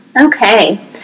okay